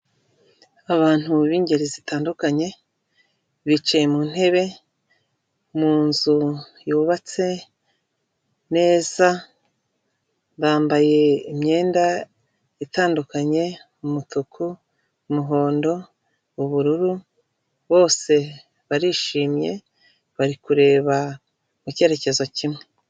Abantu b'ingeri zitandukanye bicaye mu ntebe mu nzu yubatse neza, bambaye imyenda itandukanye, umutuku, umuhondo, ubururu, bose barishimye bari kureba mu cyerekezo kimwe.